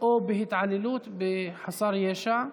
או בהתעללות בחסר ישע,